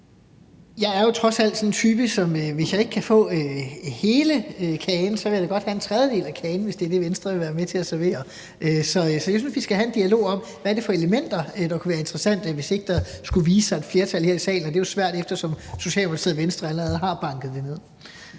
jeg jo trods alt er sådan en type, der, hvis jeg ikke kan få hele kagen, i så fald godt vil have en tredjedel af kagen, hvis det er det, Venstre vil være med til at servere. Så jeg synes, vi skal have en dialog om, hvad for elementer der kunne være interessante, hvis der ikke skulle vise sig at kunne samles et flertal her i salen, og det er jo svært, eftersom Socialdemokratiet og Venstre allerede har banket det ned.